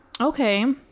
okay